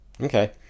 Okay